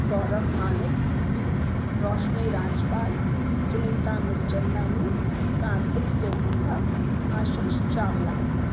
गौरव मानिक रौशनी राजपाल सुनीता मीरचंदानी कार्तिक सोहंदा आशीष चावला